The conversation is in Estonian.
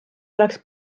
oleks